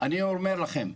אני אומר לכם,